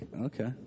okay